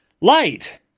light